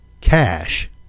cash